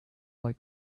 like